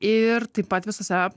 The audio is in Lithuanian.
ir taip pat visose